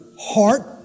heart